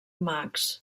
marx